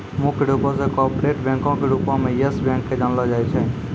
मुख्य रूपो से कार्पोरेट बैंको के रूपो मे यस बैंक के जानलो जाय छै